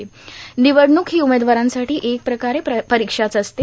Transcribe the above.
र्णनवडणूक हो उमेदवारांसाठी एक प्रकारे परोक्षाच असते